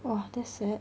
!wah! that's sad